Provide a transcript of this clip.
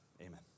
amen